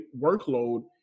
workload